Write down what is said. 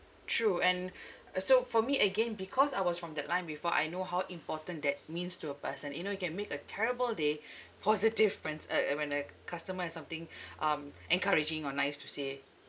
true and uh so for me again because I was from that line before I know how important that means to a person you know you can make a terrible day positive when uh uh when a customer has something um encouraging or nice to say